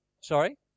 Sorry